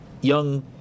young